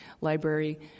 library